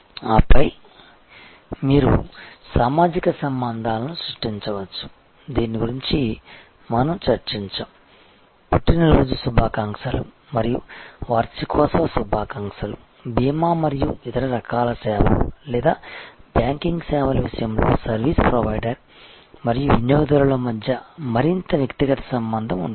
ఆపై మీరు సామాజిక బంధాలను సృష్టించవచ్చు దీని గురించి మనం చర్చించాము పుట్టినరోజు శుభాకాంక్షలు మరియు వార్షికోత్సవ శుభాకాంక్షలు బీమా మరియు ఇతర రకాల సేవలు లేదా బ్యాంకింగ్ సేవల విషయంలో సర్వీసు ప్రొవైడర్ మరియు వినియోగదారుల మధ్య మరింత వ్యక్తిగత సంబంధం ఉంటుంది